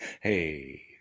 Hey